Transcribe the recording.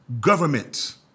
government